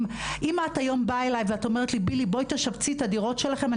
אם את היום באה אליי ואת אומרת לי בילי בואי תשפצי את הדירות שלכם,